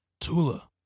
Tula